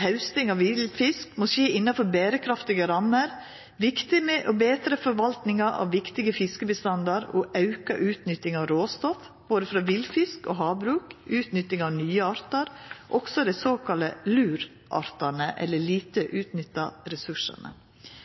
Hausting av villfisk må skje innanfor berekraftige rammer, og det er viktig med betre forvalting av viktige fiskebestander, auka utnytting av råstoff frå både villfisk og havbruk og utnytting av nye artar, også dei såkalla LUR-artane – dei lite utnytta ressursane.